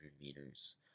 meters